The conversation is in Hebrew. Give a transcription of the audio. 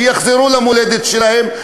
שיחזרו למולדת שלהם,